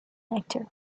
actor